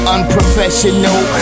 Unprofessional